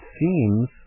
seems